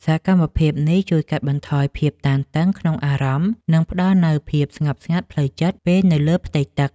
សកម្មភាពនេះជួយកាត់បន្ថយភាពតានតឹងក្នុងអារម្មណ៍ និងផ្ដល់នូវភាពស្ងប់ស្ងាត់ផ្លូវចិត្ត ពេលនៅលើផ្ទៃទឹក។